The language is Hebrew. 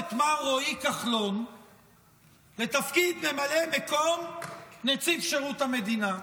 את מר רועי כחלון לתפקיד ממלא מקום נציב שירות המדינה.